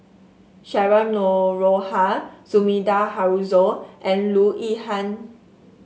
Cheryl Noronha Sumida Haruzo and Loo Yihan